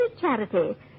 charity